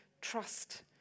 trust